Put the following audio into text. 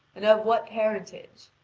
and of what parentage?